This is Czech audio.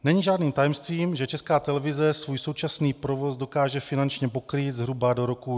Není žádným tajemstvím, že Česká televize svůj současný provoz dokáže finančně pokrýt zhruba do roku 2021.